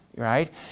right